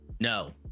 No